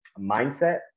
mindset